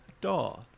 Daw